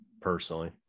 personally